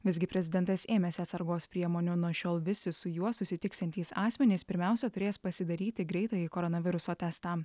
visgi prezidentas ėmėsi atsargos priemonių nuo šiol visi su juo susitiksiantys asmenys pirmiausia turės pasidaryti greitąjį koronaviruso testą